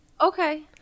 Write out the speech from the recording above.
Okay